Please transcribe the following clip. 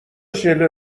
ژله